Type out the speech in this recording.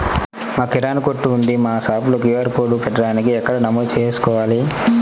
మాకు కిరాణా కొట్టు ఉంది మా షాప్లో క్యూ.ఆర్ కోడ్ పెట్టడానికి ఎక్కడ నమోదు చేసుకోవాలీ?